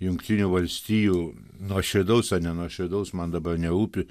jungtinių valstijų nuoširdaus ar ne nuoširdaus man dabar nerūpi